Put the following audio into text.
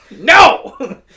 No